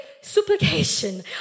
supplication